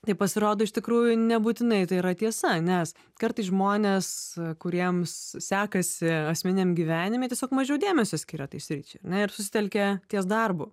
tai pasirodo iš tikrųjų nebūtinai tai yra tiesa nes kartais žmonės kuriems sekasi asmeniniam gyvenime tiesiog mažiau dėmesio skiria tai sričiai ir susitelkia ties darbu